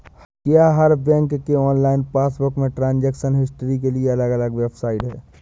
क्या हर बैंक के ऑनलाइन पासबुक में ट्रांजेक्शन हिस्ट्री के लिए अलग वेबसाइट है?